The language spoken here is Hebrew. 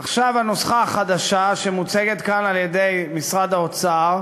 עכשיו הנוסחה החדשה שמוצגת כאן על-ידי משרד האוצר,